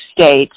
State